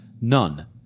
None